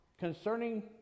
Concerning